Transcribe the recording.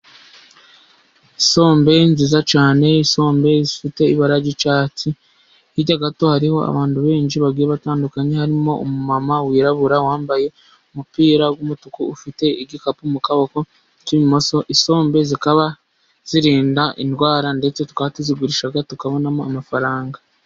Isombe nziza cyane. isombe ifite ibara ry'icyatsi hirya gato hariho abantu benshi bagiye batandukanye harimo umumama wirabura wambaye umupira wumutuku ufite igikapu mu kaboko kw'ibumoso. isombe zikaba zirinda indwara ndetse tukaba tuzigurishaga tukabonamo amafaranga.